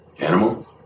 animal